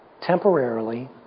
temporarily